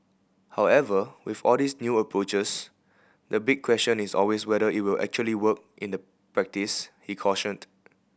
however with all these new approaches the big question is always whether it will actually work in the practice he cautioned